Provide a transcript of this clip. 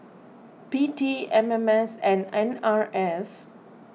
P T M M S and N R F